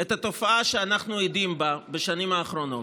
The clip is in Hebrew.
את התופעה שאנחנו עדים לה בשנים האחרונות,